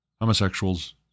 Homosexuals